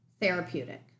therapeutic